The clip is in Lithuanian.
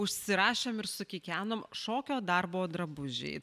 užsirašėm ir sukikenom šokio darbo drabužiai